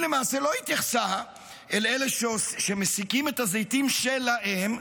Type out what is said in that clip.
היא למעשה לא התייחסה לאלה שמוסקים את הזיתים שלהם,